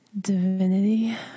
Divinity